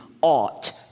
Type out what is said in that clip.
ought